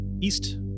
east